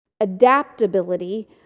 adaptability